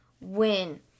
win